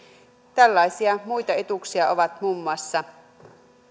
tällaisia muita etuuksia ovat muun muassa